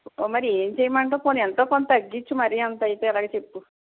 మరి ఏం చేయమంటావు పోనీ ఎంతో కొంత తగ్గించు మరి అంత అయితే ఎలాగ చెప్పు